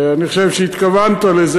אני חושב שהתכוונת לזה.